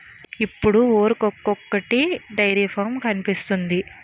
ఇప్పుడు ఊరికొకొటి dairy farm కనిపిస్తోంది